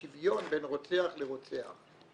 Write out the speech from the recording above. שוויון בין רוצח לרוצח.